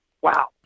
wow